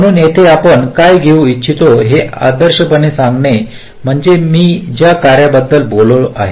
म्हणून येथे आपण काय घेऊ इच्छितो हे आदर्शपणे सांगणे म्हणजे मी ज्या कार्यांबद्दल बोललो आहे